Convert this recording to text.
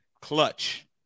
clutch